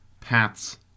paths